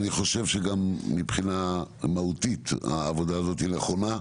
במקום "החוקה חוק ומשפט" יבוא "הפנים (עידוד והגנת הסביבה".